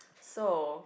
so